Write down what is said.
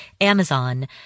Amazon